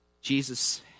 Jesus